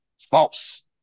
False